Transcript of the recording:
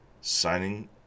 signing